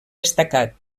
destacat